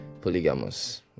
polygamous